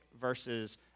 versus